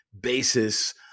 basis